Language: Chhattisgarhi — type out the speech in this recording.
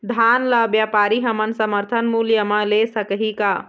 धान ला व्यापारी हमन समर्थन मूल्य म ले सकही का?